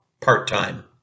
part-time